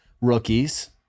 rookies